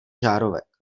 žárovek